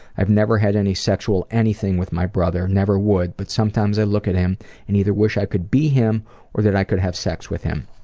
i've never had any sexual anything with my brother, never would, but sometimes i look at him and either wish i could be him or that i could have sex with him.